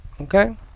okay